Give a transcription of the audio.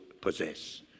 possess